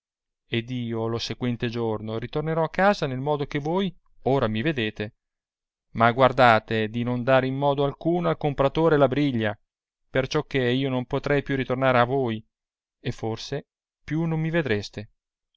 ed io lo sequente giorno ritornerò a casa nel modo che voi ora mi vedete ma guardato di non dare in modo alcuno al compratore la briglia perciò che io non potrei più ritornare a voi e forse più non mi vedreste